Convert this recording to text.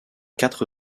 quatre